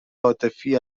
عاطفی